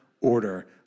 order